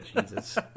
Jesus